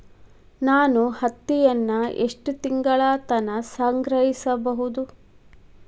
ನಾನು ಹತ್ತಿಯನ್ನ ಎಷ್ಟು ತಿಂಗಳತನ ಸಂಗ್ರಹಿಸಿಡಬಹುದು?